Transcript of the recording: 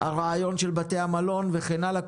הרעיון של בתי המלון וכן הלאה,